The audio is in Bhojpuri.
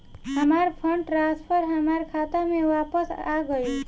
हमार फंड ट्रांसफर हमार खाता में वापस आ गइल